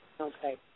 Okay